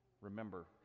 remember